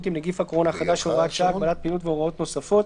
עם נגיף הקורונה החדש (הוראת שעה)(הגבלת פעילות והוראות נוספות),